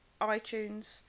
itunes